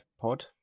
pod